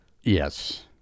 Yes